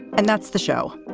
and that's the show.